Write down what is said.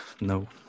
No